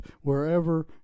wherever